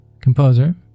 composer